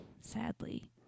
Sadly